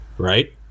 right